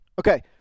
Okay